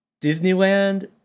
Disneyland